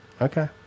Okay